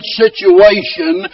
situation